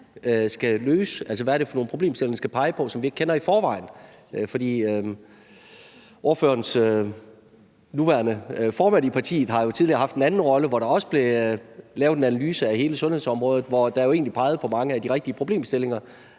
skal løse? Altså, hvad er det for nogen problemstillinger, den skal pege på, som vi ikke kender i forvejen? Den nuværende formand i ordførerens parti har jo tidligere haft en anden rolle, hvor der også blev lavet en analyse af hele sundhedsområdet, der jo egentlig pegede på mange af de rigtige problemstillinger,